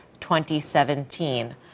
2017